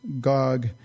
Gog